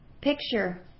picture